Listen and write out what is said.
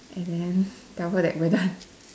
and then tell her that we're done